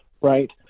right